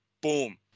Boom